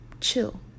chill